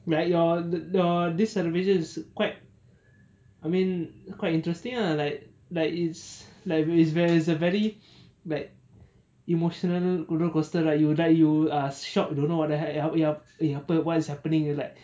right your th~ th~ your this celebration is quite I mean quite interesting lah like like it's like it's very it's a very like emotional roller coaster ride you like you are shocked don't know what the heck you are eh apa like what is happening and like